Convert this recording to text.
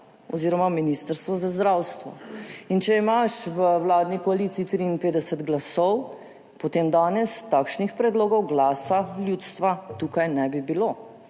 oziroma Ministrstvo za zdravstvo. Če imaš v vladni koaliciji 53 glasov, potem danes takšnih predlogov Glasa ljudstva tukaj ne bi bilo.